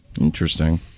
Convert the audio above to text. interesting